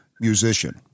musician